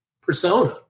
persona